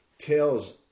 tells